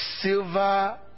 silver